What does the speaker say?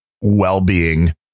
well-being